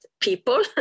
people